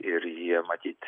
ir jie matyt